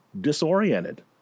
disoriented